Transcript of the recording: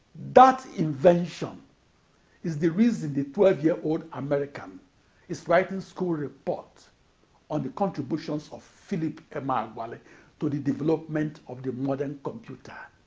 that invention is the reason the twelve year old american is writing a school report on the contributions of philip emeagwali to the development of the modern computer.